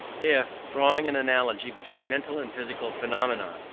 if, drawing an analogy between mental and physical phenomena,